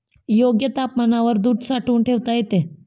योग्य तापमानावर दूध साठवून ठेवता येते